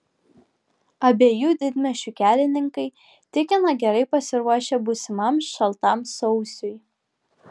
abiejų didmiesčių kelininkai tikina gerai pasiruošę būsimam šaltam sausiui